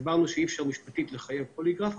הסברנו שאי אפשר משפטית לחייב פוליגרף,